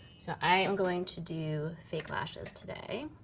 so i am going to do fake lashes today.